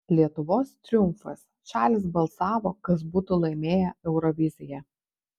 lietuvos triumfas šalys balsavo kas būtų laimėję euroviziją